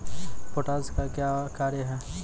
Potash का क्या कार्य हैं?